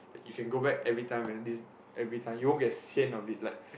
that you can go back everytime this everytime you won't get sian of it like